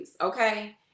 okay